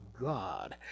God